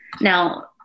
Now